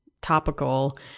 topical